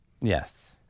Yes